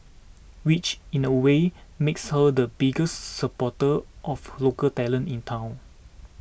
which in a way makes her the biggest supporter of local talent in town